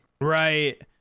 Right